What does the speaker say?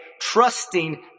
trusting